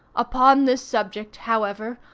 upon this subject, however,